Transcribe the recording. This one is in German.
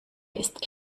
ist